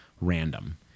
random